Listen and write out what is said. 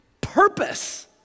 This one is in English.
purpose